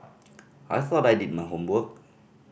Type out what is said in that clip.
I thought I did my homework